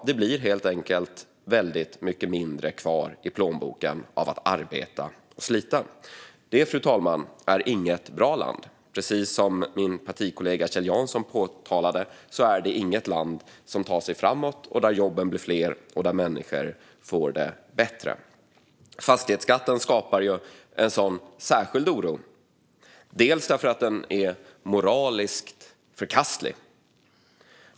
Det blir helt enkelt väldigt mycket mindre kvar i plånboken för den som arbetar och sliter. Detta, fru talman, är inget bra land. Precis som min partikollega Kjell Jansson påpekade är det inget land som tar sig framåt, där jobben blir fler och där människor får det bättre. Fastighetsskatten skapar en särskild oro, delvis för att den är moraliskt förkastlig.